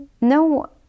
no